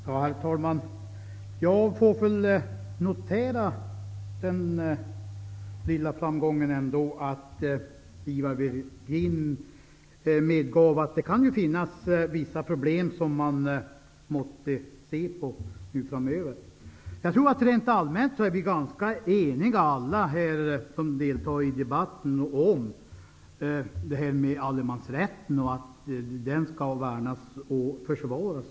Herr talman! Jag noterar den lilla framgången att Ivar Virgin ändå medger att det kan finnas vissa problem som man måste se på framöver. Rent allmänt tror jag att alla vi som deltar i den här debatten är ganska eniga om att allemansrätten skall värnas och försvaras.